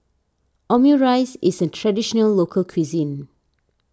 Omurice is a Traditional Local Cuisine